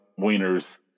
wieners